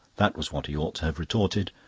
that was what he ought to have retorted,